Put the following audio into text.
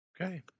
Okay